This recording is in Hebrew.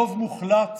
רוב מוחלט